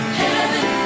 heaven